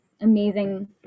amazing